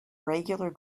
regular